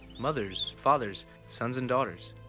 mothers, fathers, sons, and daughters.